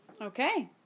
Okay